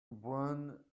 brain